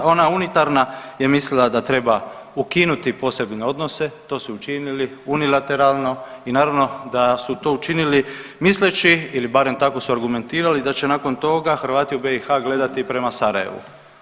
Ona unitarna je mislila da treba ukinuti posebne odnose, to su i učinili unilateralno i naravno da su to učinili misleći ili barem tako su argumentirali da će nakon toga Hrvati u BiH gledati prema Sarajevu.